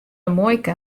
muoike